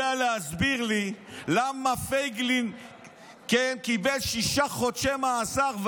האם אתה יודע להסביר לי למה פייגלין כן קיבל שישה חודשי מאסר,